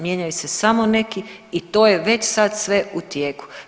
Mijenjaju se samo neki i to je već sad sve u tijeku.